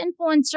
influencer